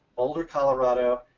boulder colorado,